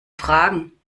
fragen